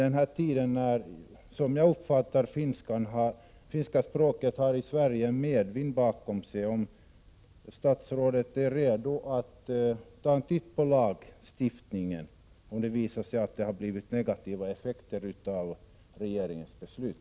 Min fråga till statsrådet blir därför: Eftersom finska språket, som jag uppfattat det, har medvind i Sverige, är statsrådet redo att ta en titt på lagstiftningen om det skulle ha blivit negativa effekter av regeringens beslut?